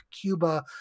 Cuba